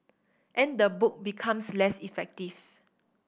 and the book becomes less effective